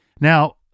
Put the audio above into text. Now